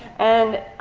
and,